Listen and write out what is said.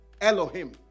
Elohim